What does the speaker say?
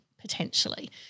Potentially